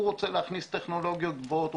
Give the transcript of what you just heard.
הוא רוצה להכניס טכנולוגיות גבוהות.